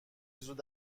زود